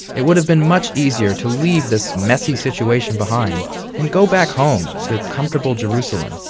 it would have been much easier to leave this messy situation behind and go back home to comfortable jerusalem,